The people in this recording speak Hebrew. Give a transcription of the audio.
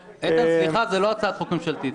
איתן, סליחה, זאת לא הצעת חוק ממשלתית.